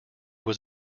was